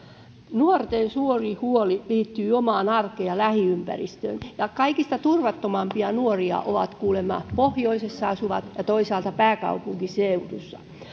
nuorten suuri huoli liittyy omaan arkeen ja lähiympäristöön ja kaikista turvattomimpia nuoria ovat kuulemma pohjoisessa asuvat ja toisaalta pääkaupunkiseudulla